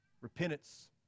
repentance